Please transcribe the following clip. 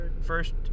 first